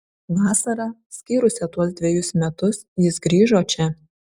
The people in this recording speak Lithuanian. vasarą skyrusią tuos dvejus metus jis grįžo čia